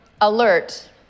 Alert